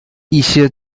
一些